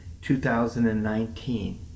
2019